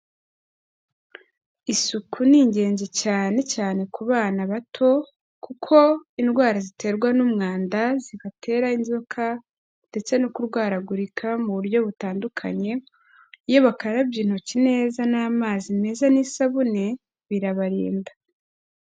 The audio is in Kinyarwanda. Isuku ni ingenzi cyane cyane ku bana bato kuko indwara ziterwa n'umwanda zibatera inzoka ndetse no kurwaragurika mu buryo butandukanye. Iyo bakarabye intoki neza n'amazi meza n'isabune birabarinda.